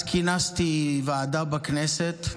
אז כינסתי ועדה בכנסת,